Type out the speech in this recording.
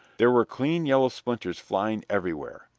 there were clean yellow splinters flying everywhere.